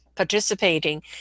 participating